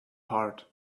heart